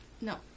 No